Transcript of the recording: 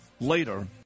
later